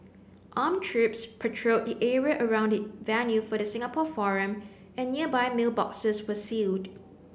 armed troops patrolled the area around the venue for the Singapore forum and nearby mailboxes were sealed